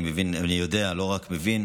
אני מבין, אני יודע, לא רק מבין,